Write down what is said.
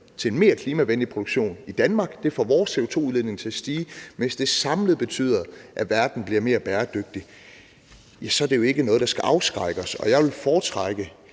til en mere klimavenlig produktion i Danmark. Det vil få vores CO2-udledning til at stige, mens det samlet betyder, at verden bliver mere bæredygtig. Så det er jo ikke noget, der skal afskrække os. Og jeg vil foretrække,